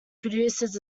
produces